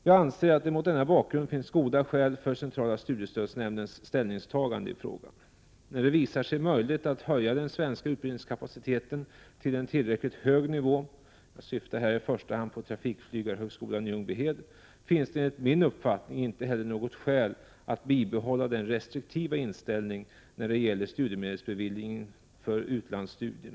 Jag anser att det mot denna bakgrund finns goda skäl för centrala studiestödsnämndens ställningstagande i frågan. När det visar sig möjligt att höja den svenska utbildningskapaciteten till en tillräckligt hög nivå, jag syftar här i första hand på trafikflygarhögskolan i Ljungbyhed, finns det enligt min uppfattning inte heller något skäl att bibehålla den restriktiva inställningen när det gäller studiemedelsbeviljningen för utlandsstudier.